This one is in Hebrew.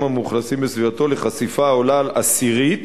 המאוכלסים בסביבתו לחשיפה העולה על עשירית